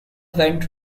went